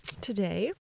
today